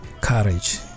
courage